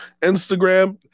Instagram